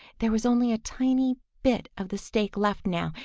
there was only a tiny bit of the stake left now,